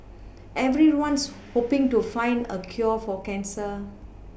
everyone's hoPing to find a cure for cancer